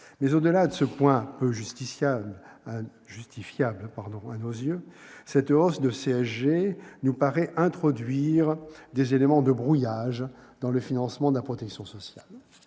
Mais au-delà de ce point peu justifiable à nos yeux, cette hausse de CSG nous paraît introduire des éléments de brouillage dans le financement de la protection sociale.